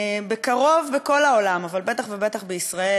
בקרוב בכל העולם, אבל בטח ובטח בישראל,